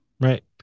right